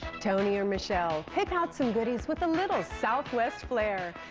tony and michelle, pick out some goodies with a little southwest flair.